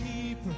Keeper